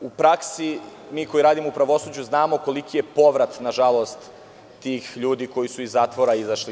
U praksi, mi koji radimo u pravosuđu znamo koliki je povrat, nažalost, tih ljudi koji su iz zatvora izašli.